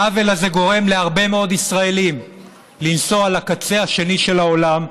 העוול הזה גורם להרבה מאוד ישראלים לנסוע לקצה השני של העולם,